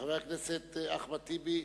חבר הכנסת אחמד טיבי,